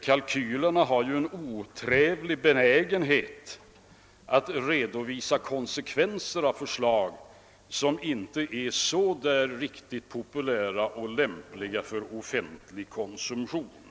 Kalkylerna har ju en otrevlig benägenhet att redovisa konsekvenser av förslag, vilka inte är så populära och lämpliga för offentlig granskning.